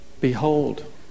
Behold